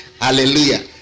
Hallelujah